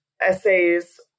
essays